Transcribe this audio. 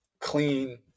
clean